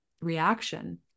reaction